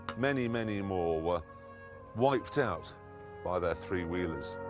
many, many more were wiped out by their three-wheelers.